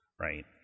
Right